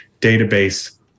database